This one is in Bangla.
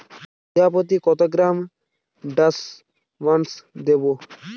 বিঘাপ্রতি কত গ্রাম ডাসবার্ন দেবো?